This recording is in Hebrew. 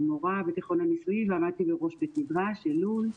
מורה בתיכון הניסויי ועמדתי בראש בית מדרש "אלול".